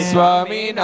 Swami